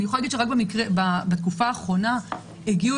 אני יכולה להגיד שבתקופה האחרונה הגיעו